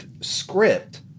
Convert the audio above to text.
script